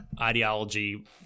ideology